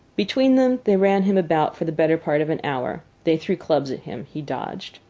between them they ran him about for the better part of an hour. they threw clubs at him. he dodged.